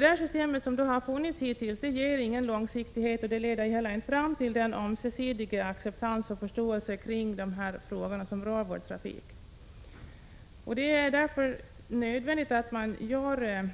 Det system som har funnits hittills ger ingen långsiktighet och leder inte fram till ömsesidig acceptans och förståelse av dessa frågor som rör vår trafik. Därför är det absolut nödvändigt, inte minst för turismens skull, att man fattar